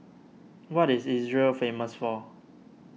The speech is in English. what is Israel famous for